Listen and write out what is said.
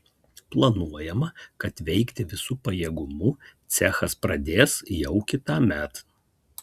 planuojama kad veikti visu pajėgumu cechas pradės jau kitąmet